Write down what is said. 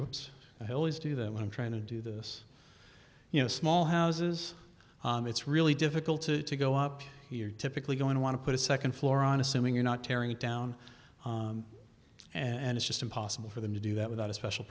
groups always do that when i'm trying to do this you know small houses it's really difficult to go up here typically going to want to put a second floor on assuming you're not tearing it down and it's just impossible for them to do that without a special